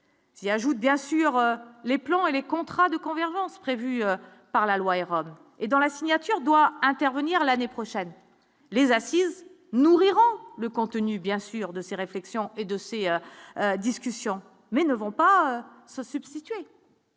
S'y ajoute, bien sûr, les plans et les contrats de convergence prévue par la loi et robes et dans la signature doit intervenir l'année prochaine les assises nourriront le contenu bien sûr de ses réflexions et de ces discussions mais ne vont pas se substituer